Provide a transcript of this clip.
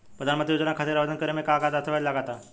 प्रधानमंत्री योजना खातिर आवेदन करे मे का का दस्तावेजऽ लगा ता?